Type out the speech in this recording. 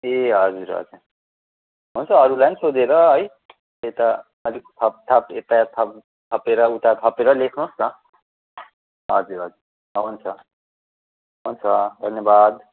ए हजुर हजुर हुन्छ अरूलाई पनि सोधेर है यता अलिक थपथाप यता थप थपेर उता थपेर लेख्नुहोस् न हजुर हजुर हुन्छ हुन्छ धन्यवाद